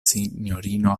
sinjorino